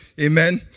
Amen